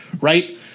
Right